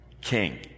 king